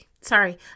sorry